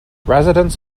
residents